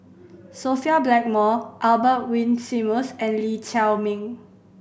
Sophia Blackmore Albert Winsemius and Lee Chiaw Meng